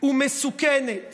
ומסוכנת